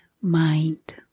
mind